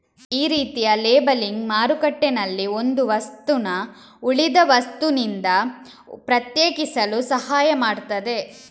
ಈ ರೀತಿಯ ಲೇಬಲಿಂಗ್ ಮಾರುಕಟ್ಟೆನಲ್ಲಿ ಒಂದು ವಸ್ತುನ ಉಳಿದ ವಸ್ತುನಿಂದ ಪ್ರತ್ಯೇಕಿಸಲು ಸಹಾಯ ಮಾಡ್ತದೆ